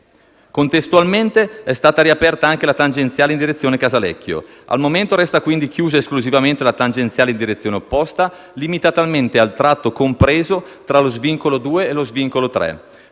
Contestualmente è stata riaperta anche la tangenziale in direzione Casalecchio. Al momento resta quindi chiusa esclusivamente la tangenziale in direzione opposta, limitatamente al tratto compreso tra lo svincolo 2 e lo svincolo 3.